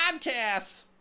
podcast